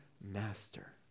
Master